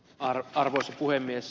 arvoisa puhemies